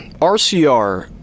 rcr